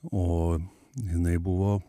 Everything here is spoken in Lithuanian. o jinai buvo